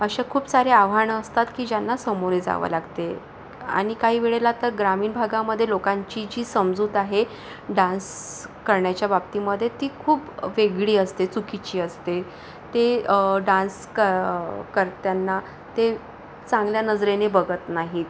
असे खूप सारे आव्हानं असतात की ज्यांना सामोरे जावं लागते आणि काही वेळेला तर ग्रामीण भागामध्ये लोकांची जी समजूत आहे डान्स करण्याच्या बाबतीमध्ये ती खूप वेगळी असते चुकीची असते ते डान्स क करत्यांना ते चांगल्या नजरेने बघत नाहीत